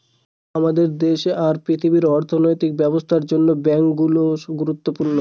আমাদের দেশে আর পৃথিবীর অর্থনৈতিক ব্যবস্থার জন্য ব্যাঙ্ক গুরুত্বপূর্ণ